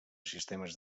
sistemes